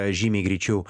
žymiai greičiau